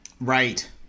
Right